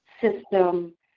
system